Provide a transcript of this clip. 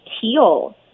teal